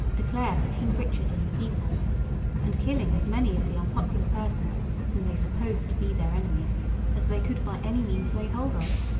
declare for king richard and the people and killing as many of the unpopular persons whom they supposed to be their enemies as they could by any means lay hold of.